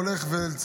הולך ונעלם,